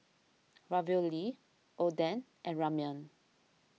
Ravioli Oden and Ramyeon